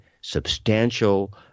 substantial